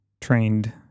trained